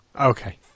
Okay